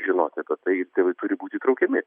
žinoti apie tai ir tėvai turi būti įtraukiami